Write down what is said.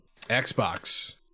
Xbox